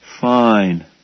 Fine